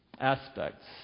aspects